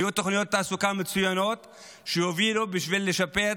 היו תוכניות תעסוקה מצוינות שהובילו בשביל לשפץ,